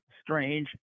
strange